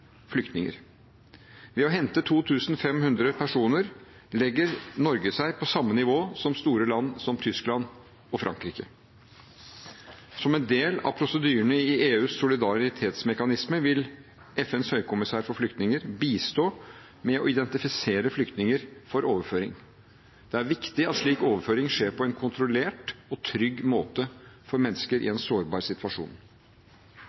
flyktninger. Ved å hente 2 500 personer legger Norge seg på samme nivå som store land som Tyskland og Frankrike. Som en del av prosedyrene i EUs solidaritetsmekanisme vil FNs høykommissær for flyktninger bistå med å identifisere flyktninger for overføring. Det er viktig at slik overføring skjer på en kontrollert og trygg måte for mennesker i